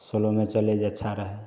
slow में चले जो अच्छा रहे